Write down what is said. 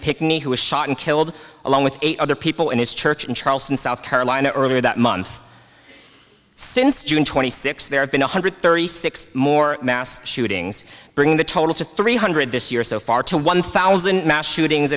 pickney who was shot and killed along with eight other people in his church in charleston south carolina earlier that month since june twenty sixth there have been one hundred thirty six more mass shootings bringing the total to three hundred this year so far to one thousand mass shootings